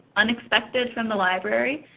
unexpected from the library.